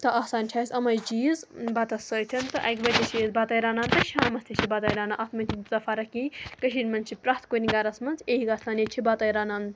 تہٕ آسان چھِ اَسہِ اَمَے چیٖز بَتَس سۭتۍ تہٕ اَکہِ بَجے چھِ أسۍ بَتَے رَنان تہٕ شامَس تہِ چھِ بَتَے رَنان اَتھ منٛز چھےٚ نہٕ تیٖژاہ فرق کِہینۍ تہِ کشیٖر منٛز چھ پرٮ۪تھ کُنہِ گرَس منٛز یی گژھان ییٚتہِ چھِ بَتَے رَنان